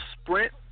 sprint